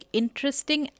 interesting